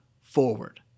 forward